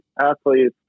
athletes